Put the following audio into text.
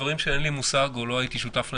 דברים שאין לי מושג בהם או שלא הייתי שותף להם,